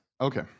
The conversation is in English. Okay